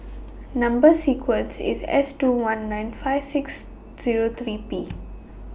Number sequence IS S two one nine five six Zero three P